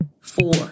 four